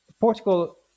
Portugal